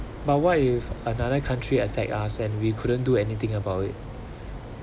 but what if another country attack us and we couldn't do anything about it